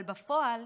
אבל בפועל,